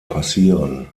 passieren